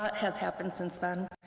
has happened since then,